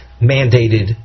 mandated